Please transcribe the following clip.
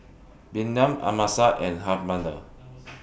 Bynum Amasa and